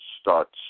starts